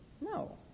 No